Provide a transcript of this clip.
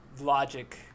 logic